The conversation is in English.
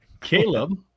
Caleb